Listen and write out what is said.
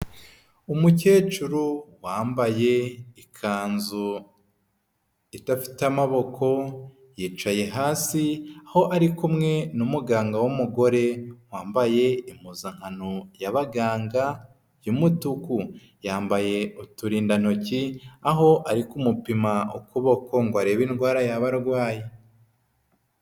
Umukecuru wambaye ikanzu idafite amaboko, yicaye hasi aho ari kumwe na muganga w'umugore, wambaye impuzankano yabaganga, y'umutuku, yambaye uturindantoki, aho ari kumupima ukuboko, ngo arebe indwara yaba arwaye.